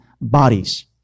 bodies